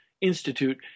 Institute